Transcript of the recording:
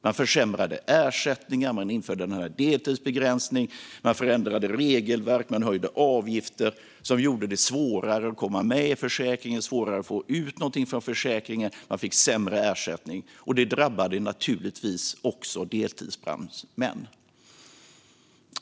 Man försämrade ersättningar, införde deltidsbegränsning, förändrade regelverk och höjde avgifter, vilket gjorde det svårare att komma med i försäkringen och att få ut något från den; ersättningen blev sämre. Detta drabbade naturligtvis också deltidsbrandmän.